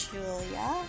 Julia